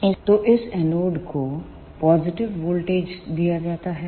इसलिए इस एनोड को पॉजिटिव वोल्टेज दिया जाता है